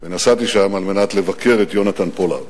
ונסעתי לשם על מנת לבקר את יונתן פולארד.